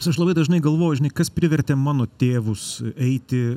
nes aš labai dažnai galvoju kas privertė mano tėvus eiti